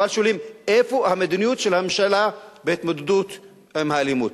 אבל שואלים איפה המדיניות של הממשלה בהתמודדות עם האלימות.